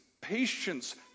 patience